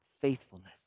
faithfulness